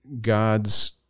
God's